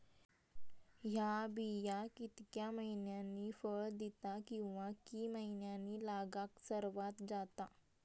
हया बिया कितक्या मैन्यानी फळ दिता कीवा की मैन्यानी लागाक सर्वात जाता?